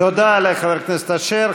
תודה לחבר הכנסת אשר.